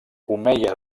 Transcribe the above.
omeia